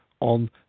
on